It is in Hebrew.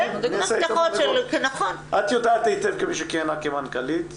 את יודעת היטב כמי שכיהנה כמנכ"לית,